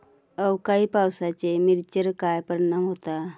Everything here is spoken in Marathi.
अवकाळी पावसाचे मिरचेर काय परिणाम होता?